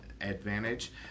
advantage